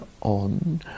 on